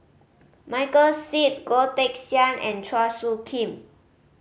Michael Seet Goh Teck Sian and Chua Soo Khim